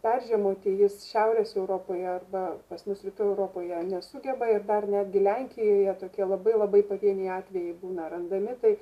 peržiemoti jis šiaurės europoje arba pas mus rytų europoje nesugeba ir dar netgi lenkijoje tokie labai labai pavieniai atvejai būna randami tai